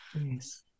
Yes